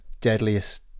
deadliest